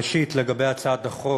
ראשית לגבי הצעת החוק,